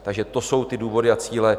Takže to jsou ty důvody a cíle.